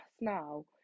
now